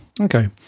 Okay